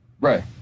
Right